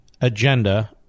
agenda